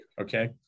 okay